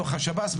בתוך השב"ס,